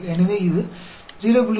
எனவே இது 0